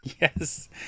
Yes